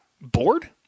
bored